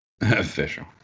Official